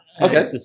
Okay